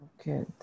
Okay